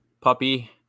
puppy